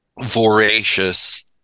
voracious